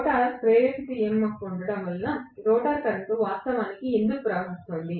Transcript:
rotor ప్రేరిత EMF ఉన్నందున rotor current వాస్తవానికి ఎందుకు ప్రవహిస్తోంది